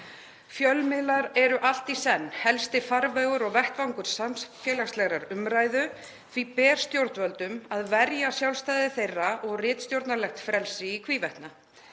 Fjölmiðlar eru allt í senn helsti farvegur og vettvangur samfélagslegrar umræðu. Því ber stjórnvöldum að verja sjálfstæði þeirra og ritstjórnarlegt frelsi í hvívetna.